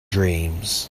dreams